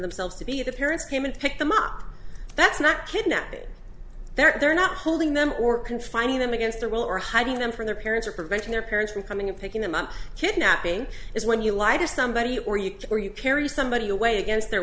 themselves to be the parents came and picked them up that's not kidnapping they're not holding them or confining them against their will or hiding them from their parents or preventing their parents from coming and picking them up kidnapping is when you lie to somebody or you or you carry somebody away against their